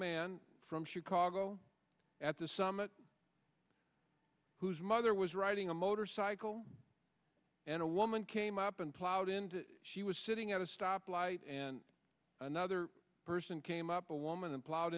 man from chicago at the summit whose mother was riding a motorcycle and a woman came up and plowed into she was sitting at a stoplight and another person came up a woman and plowed